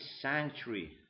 sanctuary